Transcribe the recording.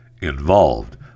involved